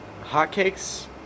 hotcakes